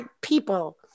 people